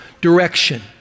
direction